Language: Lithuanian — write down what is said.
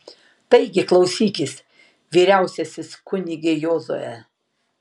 taigi klausykis vyriausiasis kunige jozue